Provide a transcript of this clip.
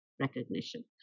recognition